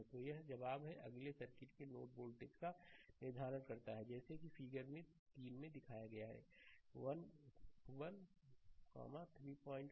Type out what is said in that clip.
तो यह जवाब है अगले सर्किट के नोड वोल्टेज का निर्धारण करता है जैसा कि फिगर 3 में दिखाया गया है 1 1 311